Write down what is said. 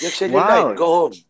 Wow